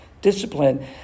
discipline